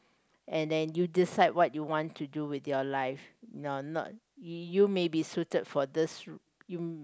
and then you decide what you want to do with your life no not you may be suited for this sh~ you